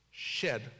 shed